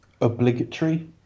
obligatory